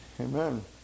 Amen